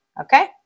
Okay